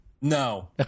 No